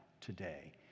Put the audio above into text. today